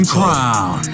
Crown